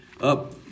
up